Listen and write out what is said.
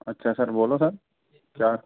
अच्छा सर बोलो सर क्या